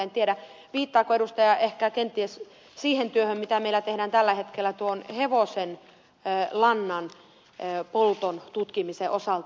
en tiedä viittaako edustaja kenties siihen työhön mitä meillä tehdään tällä hetkellä hevosenlannan polton tutkimisen osalta